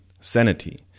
Sanity